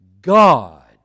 God